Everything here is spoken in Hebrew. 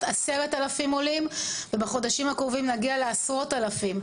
10,000 עולים ובחודשים הקרובים נגיע לעשרות אלפים.